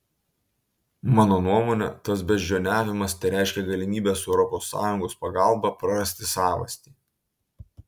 mano nuomone tas beždžioniavimas tereiškia galimybę su europos sąjungos pagalba prarasti savastį